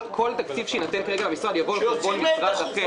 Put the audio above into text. כל תקציב שיינתן כרגע למשרד יבוא על חשבון משרד אחר.